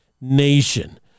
nation